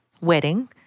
wedding